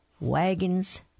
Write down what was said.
Wagons